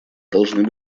должны